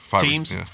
Teams